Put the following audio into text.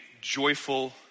joyful